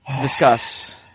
discuss